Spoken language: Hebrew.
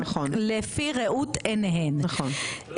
לפי ראות עיניהם.